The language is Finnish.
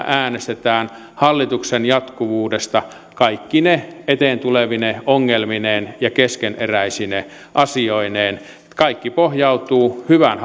äänestetään hallituksen jatkuvuudesta kaikkine eteen tulevine ongelmineen ja keskeneräisine asioineen kaikki pohjautuu hyvään